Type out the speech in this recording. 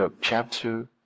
chapter